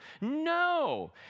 no